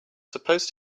supposed